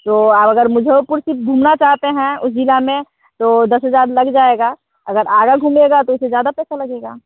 तो आप अगर मुज़फ़्फ़रपुर सिर्फ़ घूमना चाहते हैं उस ज़िले में तो दस हज़ार लग जाएगा अगर आगे घूमिएगा तो उसमें ज़्यादा पैसा लगेगा